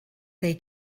they